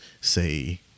say